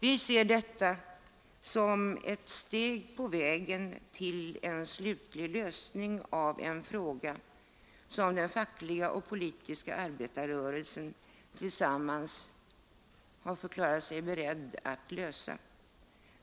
Vi ser detta som ett steg på vägen till en slutlig lösning av en fråga, som den fackliga och politiska arbetarrörelsen tillsammans har förklarat sig beredda att lösa.